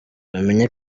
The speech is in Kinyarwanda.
bamenye